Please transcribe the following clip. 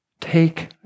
take